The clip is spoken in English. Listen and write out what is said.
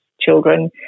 children